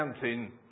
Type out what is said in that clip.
counting